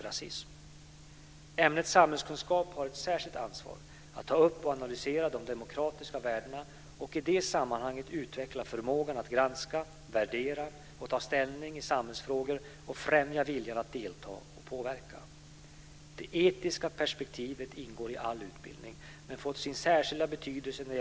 Den lilla öppningen har jag inte sett alls i dag, utan utbildningsministern väljer att inte ens prata om familjedaghemmen inom den allmänna förskolans ram.